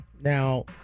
Now